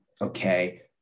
okay